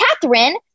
Catherine